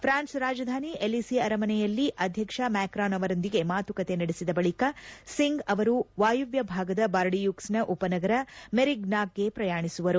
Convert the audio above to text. France ರಾಜಧಾನಿಯ Elysee ಅರಮನೆಯಲ್ಲಿ ಅಧ್ಯಕ್ಷ ಮ್ಯಾಕ್ರಾನ್ ಅವರೊಂದಿಗೆ ಮಾತುಕತೆ ನಡೆಸಿದ ಬಳಿಕ ಸಿಂಗ್ ಅವರು ವಾಯವ್ದ ಭಾಗದ ಬಾರ್ಡಿಯೂಕ್ಸ್ನ ಉಪನಗರ ಮೆರಿಗ್ನಾಕ್ಗೆ ಪ್ರಯಾಣಿಸುವರು